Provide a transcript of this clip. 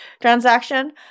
transaction